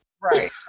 right